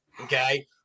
Okay